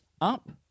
up